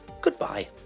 goodbye